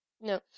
no